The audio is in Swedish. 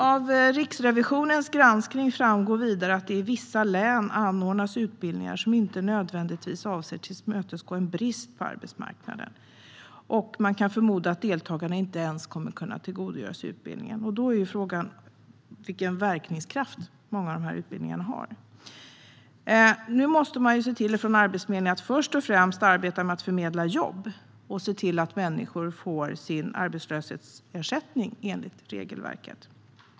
Av Riksrevisionens granskning framgår vidare att det i vissa län anordnas utbildningar som inte nödvändigtvis avser att åtgärda en brist på arbetsmarknaden och där man kan förmoda att deltagarna inte ens kommer att kunna tillgodogöra sig utbildningen. Frågan är då vilken verkan många av dessa utbildningar har. Från Arbetsförmedlingens sida måste man se till att först och främst arbeta med att förmedla jobb och se till att människor får sin arbetslöshetsersättning enligt regelverket.